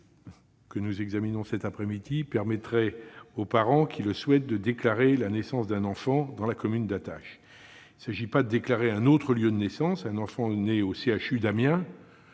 que nous examinons cet après-midi permettrait aux parents qui le souhaiteraient de déclarer la naissance d'un enfant dans la commune d'attache de la famille. Il ne s'agit pas de déclarer un autre lieu de naissance : un enfant né au centre